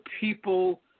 people